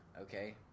okay